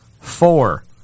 four